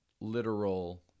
literal